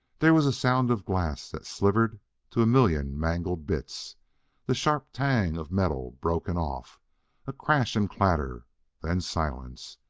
there was sound of glass that slivered to a million mangled bits the sharp tang of metal broken off a crash and clatter then silence,